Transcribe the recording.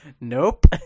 Nope